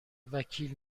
وکیل